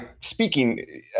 speaking